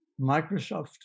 Microsoft